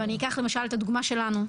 ואני אקח למשל את הדוגמה שלנו,